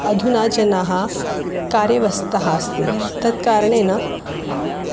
अधुना जनः कार्यव्यस्तः अस्ति तत्कारणेन